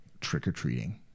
trick-or-treating